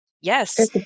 Yes